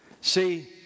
See